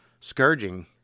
Scourging